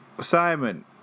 Simon